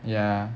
ya